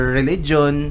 religion